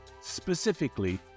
specifically